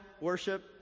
worship